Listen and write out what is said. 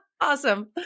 Awesome